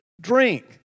drink